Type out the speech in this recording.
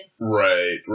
Right